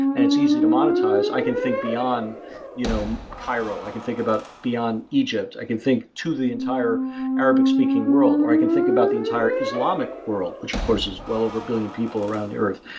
and it's easy to monetize, i can think beyond you know cairo. i can think about beyond egypt. i can think to the entire arabic speaking world, or i can think about the entire islamic world, which of course is well over one billion people around the earth,